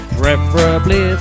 preferably